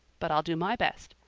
but i'll do my best.